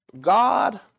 God